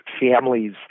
families